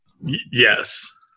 Yes